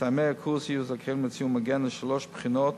מסיימי הקורס יהיו זכאים לציון מגן לשלוש בחינות